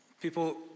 People